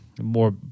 More